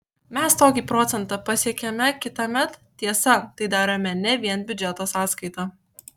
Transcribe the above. mes tokį procentą pasiekiame kitąmet tiesa tai darome ne vien biudžeto sąskaita